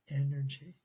energy